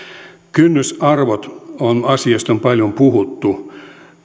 kynnysarvot on asia josta on paljon puhuttu